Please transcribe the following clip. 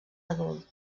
adult